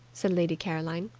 said lady caroline.